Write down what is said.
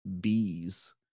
bees